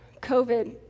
COVID